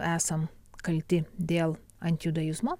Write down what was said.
esam kalti dėl anti judaizmo